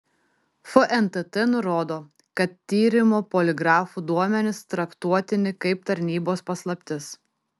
fntt nurodo kad tyrimo poligrafu duomenys traktuotini kaip tarnybos paslaptis